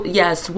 yes